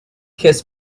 kiss